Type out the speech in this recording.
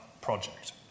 project